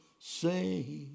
Say